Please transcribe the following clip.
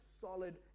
solid